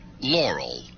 Laurel